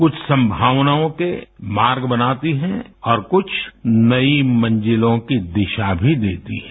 कुछ संभावनाओं के मार्ग बनाती है और कुछ नई मंजिलों की दिशा भी देती है